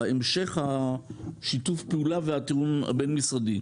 המשך שיתוף הפעולה והשיתוף הבין-משרדי.